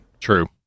True